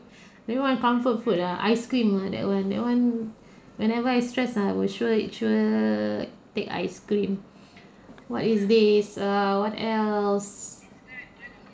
you know what comfort food ah ice cream ah that one that one whenever I very stress ah I will sure eat sure take ice cream what is these err what else